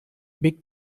big